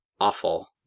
awful